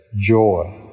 joy